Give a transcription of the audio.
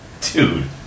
Dude